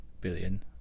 billion